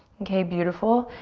okay, beautiful.